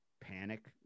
panic